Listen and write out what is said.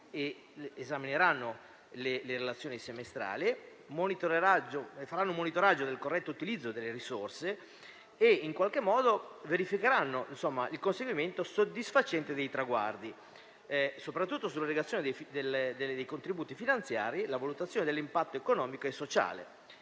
esamineranno le relazioni semestrali, faranno un monitoraggio del corretto utilizzo delle risorse e verificheranno il conseguimento soddisfacente dei traguardi, soprattutto in riferimento all'erogazione dei contributi finanziari e alla valutazione dell'impatto economico e sociale.